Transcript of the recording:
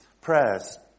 prayers